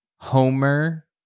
Homer